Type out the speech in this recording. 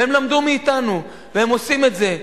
והם למדו מאתנו והם עושים את זה.